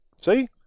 See